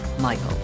Michael